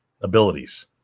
abilities